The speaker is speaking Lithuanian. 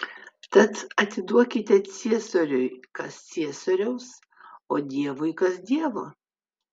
tad atiduokite ciesoriui kas ciesoriaus o dievui kas dievo